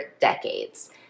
decades